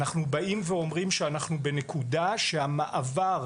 אנחנו באים ואומרים שאנחנו בנקודה שהמעבר,